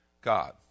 God